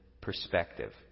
perspective